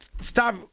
Stop